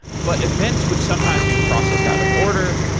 but events would sometimes be processed out of order,